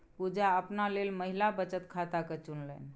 पुजा अपना लेल महिला बचत खाताकेँ चुनलनि